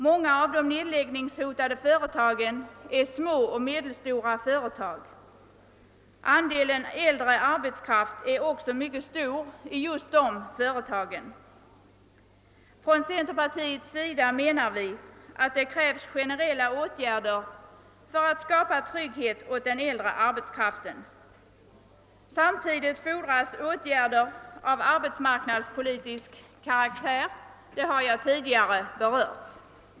Många av de nedläggningshotade företagen är små och medelstora företag. Andelen äldre arbetskraft är också mycket stor i just dessa företag. Från centerpartiets sida anser vi alltså att det krävs generella åtgärder för att skapa trygghet åt den äldre arbetskraften. Samtidigt krävs åtgärder av arbetsmarknadspolitisk karaktär; detta har jag tidigare berört.